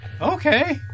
Okay